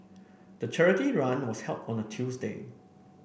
the charity run was held on a Tuesday